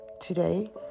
today